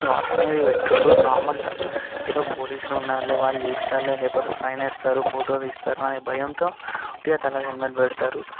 lock అనేది పెట్టుకోరు నార్మల్గా ఏదో పోలీసులు ఉన్నారులే వాళ్ళు చూస్తారులే లేకపోతే ఫైన్ వేస్తారు ఫోటో తీస్తారు అనే భయంతో ఉత్తిగా తల హెల్మెట్ పెడతారు